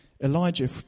Elijah